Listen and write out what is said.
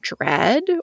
dread